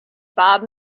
bob